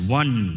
one